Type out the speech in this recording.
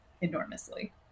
enormously